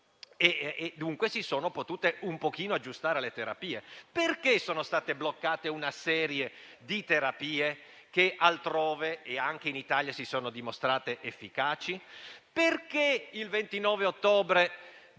dunque si sono potute aggiustare le terapie. Perché sono state bloccate terapie che altrove e anche in Italia si sono dimostrate efficaci? Perché il 29 ottobre